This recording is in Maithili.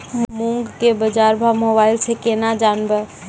मूंग के बाजार भाव मोबाइल से के ना जान ब?